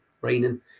raining